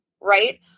right